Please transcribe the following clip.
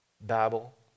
Babel